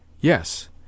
Yes